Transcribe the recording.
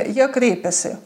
jie kreipiasi